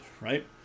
right